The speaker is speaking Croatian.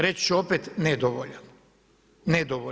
Reći ću opet nedovoljan.